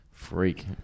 Freak